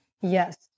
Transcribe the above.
Yes